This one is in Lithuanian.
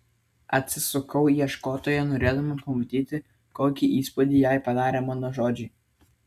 atsisukau į ieškotoją norėdama pamatyti kokį įspūdį jai padarė mano žodžiai